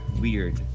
weird